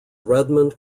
redmond